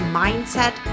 mindset